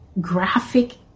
graphic